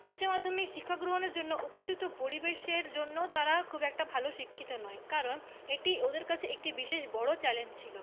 উচ্চমাধ্যমিক শিক্ষা গ্রহণের জন্য উপযুক্ত পরিবেশের জন্যও তারা খুব একটা ভালো শিক্ষিত নয় কারণ এটি ওদের কাছে একটি বিশেষ বড় চ্যালেঞ্জ ছিল